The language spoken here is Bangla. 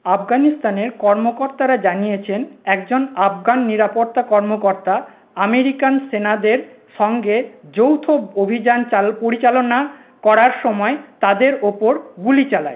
আফগানিস্তানের কর্মকর্তারা জানিয়েছেন একজন আফগান নিরাপত্তা কর্মকর্তা আমেরিকান সেনাদের সঙ্গে যৌথ অভিযান পরিচালনা করার সময় তাদের উপর গুলি চালায়